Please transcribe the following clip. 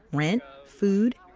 rent, food,